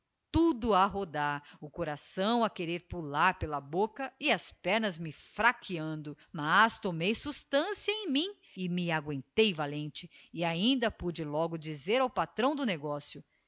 tudo a rodar o coração a querer pular pela bocca e as pernas me fraqueando mas tomei sustancia em mim e me aguentei valente e ainda pude logo dizer ao patrão do negocio